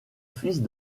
fils